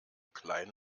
klein